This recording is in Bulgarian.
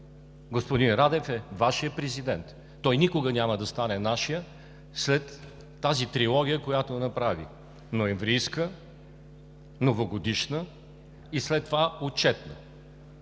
Господин Радев е Вашият президент! Той никога няма да стане нашият след тази трилогия, която направи – ноемврийска, новогодишна и след това отчетна.